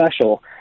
special